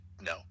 no